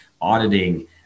auditing